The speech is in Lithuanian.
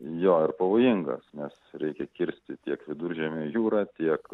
jo ir pavojingas nes reikia kirsti tiek viduržemio jūrą tiek